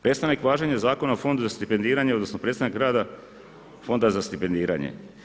Prestanak važenja Zakona o Fondu za stipendiranje odnosno prestanak rada Fonda za stipendiranje.